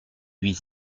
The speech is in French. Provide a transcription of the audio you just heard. huit